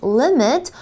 limit